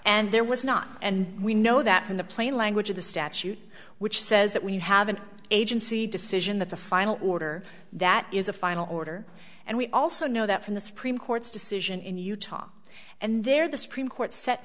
and there was not and we know that from the plain language of the statute which says that when you have an agency decision that's a final order that is a final order and we also know that from the supreme court's decision in utah and there the supreme court set